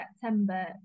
September